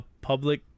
Public